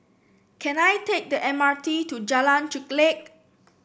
can I take the M R T to Jalan Chulek